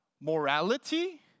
morality